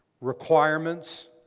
requirements